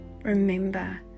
Remember